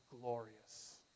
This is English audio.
glorious